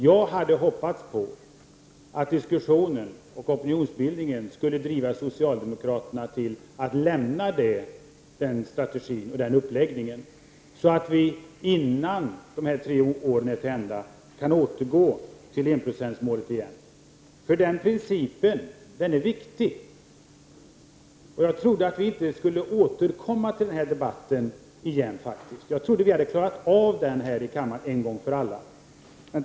Jag hade hoppats på att diskussionen och opinionsbildningen skulle driva socialdemokraterna till att lämna den strategin och den uppläggningen, så att vi innan de tre åren var till ända skulle kunna återgå till en-procentsmålet. Den principen är viktig. Jag trodde inte att vi skulle återkomma till den debatten igen. Jag trodde att vi här i kammaren hade klarat av den en gång för alla.